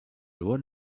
loi